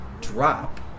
drop